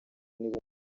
niba